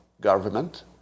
government